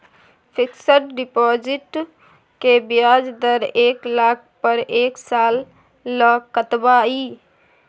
Fixed deposit के ब्याज दर एक लाख पर एक साल ल कतबा इ?